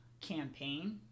campaign